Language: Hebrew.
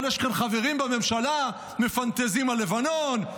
אבל יש כאן חברים בממשלה שמפנטזים על לבנון,